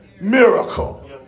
miracle